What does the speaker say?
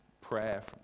prayer